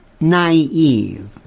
naive